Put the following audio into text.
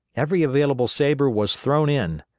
every available sabre was thrown in.